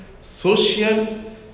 social